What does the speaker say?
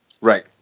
Right